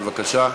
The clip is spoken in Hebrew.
בבקשה.